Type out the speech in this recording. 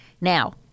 Now